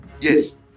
Yes